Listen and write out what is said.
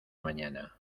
mañana